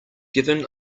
given